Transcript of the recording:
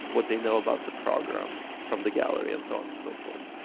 what they know about the program from the gallery and so on and so forth.